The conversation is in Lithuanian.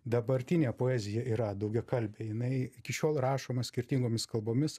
dabartinė poezija yra daugiakalbė jinai iki šiol rašoma skirtingomis kalbomis